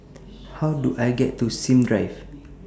How Do I get to Sims Drive